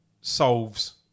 solves